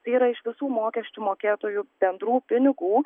tai yra iš visų mokesčių mokėtojų bendrų pinigų